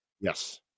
Yes